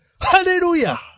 Hallelujah